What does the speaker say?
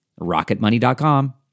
RocketMoney.com